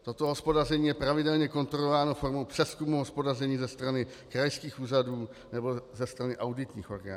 Toto hospodaření je pravidelně kontrolováno formou přezkumu hospodaření ze strany krajských úřadů nebo ze strany auditních orgánů.